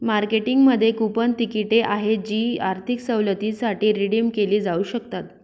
मार्केटिंगमध्ये कूपन तिकिटे आहेत जी आर्थिक सवलतींसाठी रिडीम केली जाऊ शकतात